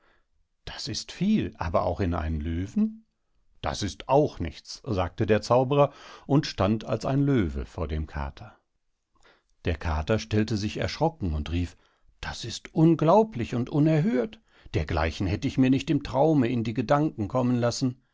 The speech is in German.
das ist viel aber auch in einen löwen das ist auch nichts sagte der zauberer und stand als ein löwe vor dem kater der kater stellte sich erschrocken und rief das ist unglaublich und unerhört dergleichen hätt ich mir nicht im traume in die gedanken kommen lassen